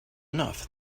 enough